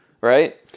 right